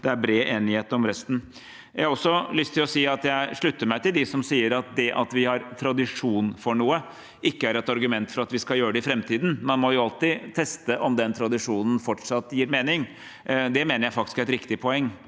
det er bred enighet om resten. Jeg har også lyst til å si at jeg slutter meg til dem som sier at det at vi har tradisjon for noe, ikke er et argument for at vi skal gjøre det i framtiden – man må jo alltid teste om den tradisjonen fortsatt gir mening, og det mener jeg faktisk er et riktig poeng.